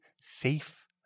safe